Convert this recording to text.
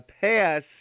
pass